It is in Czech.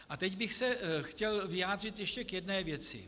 A teď bych se chtěl vyjádřit ještě k jedné věci.